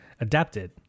adapted